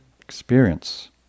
experience